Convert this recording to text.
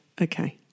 okay